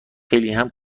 خیلی